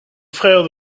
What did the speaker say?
frère